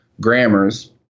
grammars